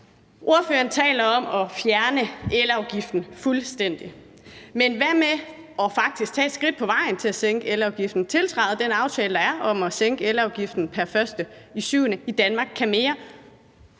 Ordføreren taler om at fjerne elafgiften fuldstændig. Men hvad med faktisk at tage et skridt på vejen til at sænke elafgiften og tiltræde den aftale, der er, om at sænke elafgiften pr. 1. juli i »Danmark